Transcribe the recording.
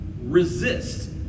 resist